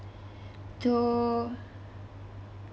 to